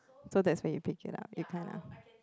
so that's when you pick it up you can't